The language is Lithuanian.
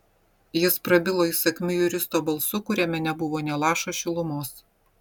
jis prabilo įsakmiu juristo balsu kuriame nebuvo nė lašo šilumos